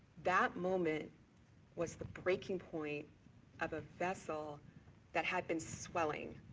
that moment was the breaking point of a vessel that had been swelling,